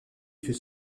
fut